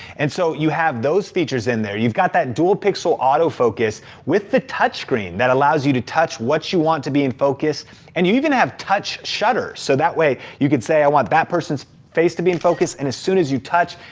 and so you have those features in there. you've got that dual pixel auto focus with the touchscreen that allows you to touch what you want to be in focus and you even have touch shutters. so that way, you can say i want that person's face to be in focus and as soon as you touch,